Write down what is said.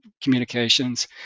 communications